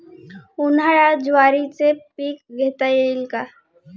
उन्हाळ्यात ज्वारीचे पीक घेता येईल का?